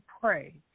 pray